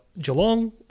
Geelong